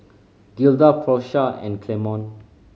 Gilda Porsha and Clemon